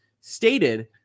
stated